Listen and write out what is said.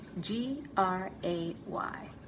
G-R-A-Y